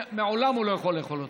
לעולם הוא לא יכול לאכול אותו.